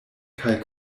kaj